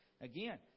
Again